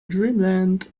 dreamland